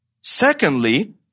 Secondly